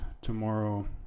tomorrow